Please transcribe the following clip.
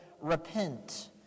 repent